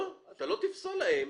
לא, אתה לא תפסול להם.